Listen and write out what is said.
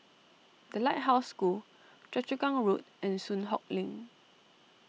the Lighthouse School Choa Chu Kang Road and Soon Hock Lane